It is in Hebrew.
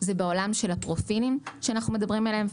זה בעולם של הפרופילים שאנחנו מדברים עליהם,